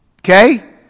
okay